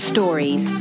Stories